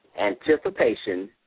anticipation